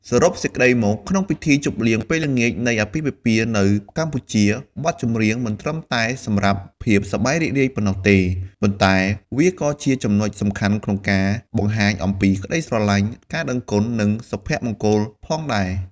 សរុបសេចក្តីមក ក្នុងពិធីជប់លៀងពេលល្ងាចនៃអាពាហ៍ពិពាហ៍នៅកម្ពុជា បទចម្រៀងមិនត្រឹមតែសម្រាប់ភាពសប្បាយរីករាយប៉ុណ្ណោះទេ ប៉ុន្តែវាក៏ជាចំណុចសំខាន់ក្នុងការបង្ហាញអំពីក្តីស្រឡាញ់ ការដឹងគុណ និងសុភមង្គលផងដែរ។